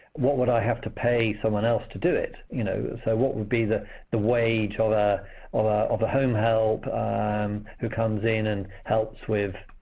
what would i have to pay someone else to do it? you know so what would be the the wage ah of the home help um who comes in and helps with